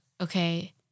okay